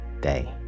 day